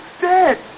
dead